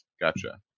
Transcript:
Gotcha